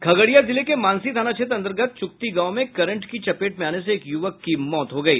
खगड़िया जिले के मानसी थाना क्षेत्र अंतर्गत चुकती गांव में करंट की चपेट में आने से एक युवक की मौत हो गयी